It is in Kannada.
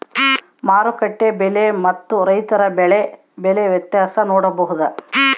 ಮಾರುಕಟ್ಟೆ ಬೆಲೆ ಮತ್ತು ರೈತರ ಬೆಳೆ ಬೆಲೆ ವ್ಯತ್ಯಾಸ ನೋಡಬಹುದಾ?